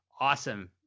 awesome